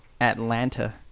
Atlanta